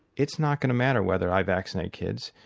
it's not going to matter whether i vaccinate kids,